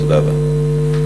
תודה רבה.